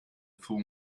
full